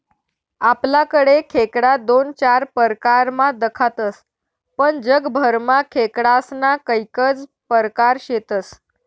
आपलाकडे खेकडा दोन चार परकारमा दखातस पण जगभरमा खेकडास्ना कैकज परकार शेतस